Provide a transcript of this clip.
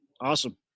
awesome